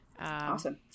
Awesome